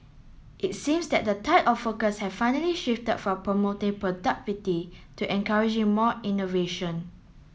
it seems that the tide of focus has finally shifted from promoting productivity to encouraging more innovation